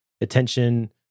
attention